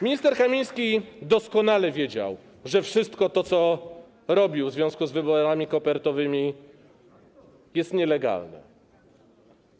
Minister Kamiński doskonale wiedział, że wszystko to, co robił w związku z wyborami kopertowymi, jest nielegalne.